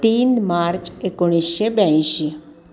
तीन मार्च एकोणीशे ब्याऐंशी